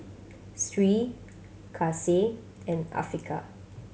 Sri Kasih and Afiqah